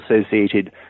associated